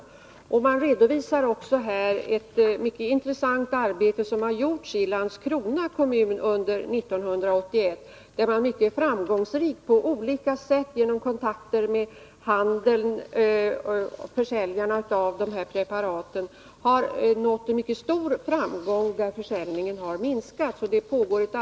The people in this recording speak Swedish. Socialstyrelsen redovisar där ett mycket intressant arbete som under 1981 har gjorts i Nr 147 Landskrona kommun, där man genom kontakter med försäljarna av Tisdagen den preparaten och på andra sätt har nått en mycket stor framgång och där 17 maj 1983 försäljningen har minskat.